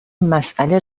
مساله